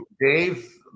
dave